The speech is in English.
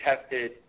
tested